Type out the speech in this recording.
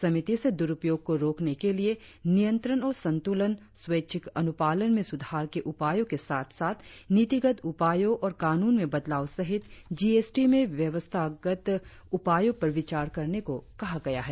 समिति से दुरुपयोग को रोकने के लिए नियंत्रण और संतुलन स्वैच्छिक अनुपालन में सुधार के उपायों के साथ साथ नीतिगत उपायों और कानून में बदलाव सहित जी एस टी में व्यवस्थागत उपायों पर विचार करने को कहा गया है